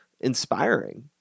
inspiring